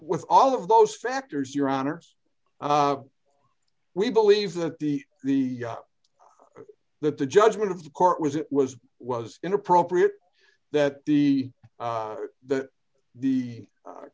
with all of those factors your honour's we believe that the the that the judgment of the court was it was was inappropriate that the that the